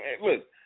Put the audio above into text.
look